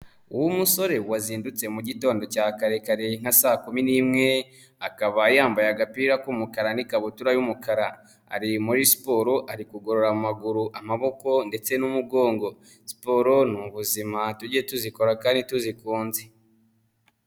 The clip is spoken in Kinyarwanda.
Umusore wazindutse mu gitondo cya karekare nka saa kumi n'imwe, akaba yambaye agapira k'umukara n'ikabutura y'umukara, ari muri siporo ari kugorora, amaguru, amaboko ndetse n'umugongo, siporo ni ubuzima tujye tuzikora kandi tuzikunze.